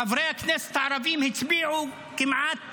חברי הכנסת הערבים הצביעו כמעט